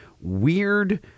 weird